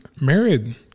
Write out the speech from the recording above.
married